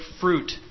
fruit